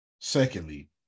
Secondly